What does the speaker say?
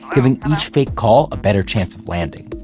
giving each fake call, a better chance of landing.